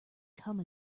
come